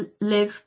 live